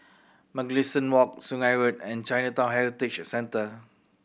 Mugliston Walk Sungei Road and Chinatown Heritage Centre